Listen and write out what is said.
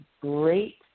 great